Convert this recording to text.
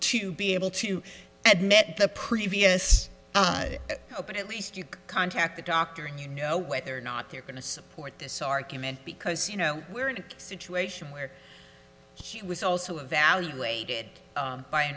to be able to admit the previous but at least you can contact the doctor you know whether or not they're going to support this argument because you know we're in a situation where he was also evaluated